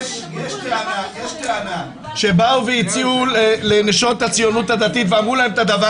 יש טענה שבאו והציעו לנשות "הציונית הדתית" ואמרו להם את הדבר